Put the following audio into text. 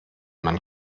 man